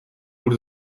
moet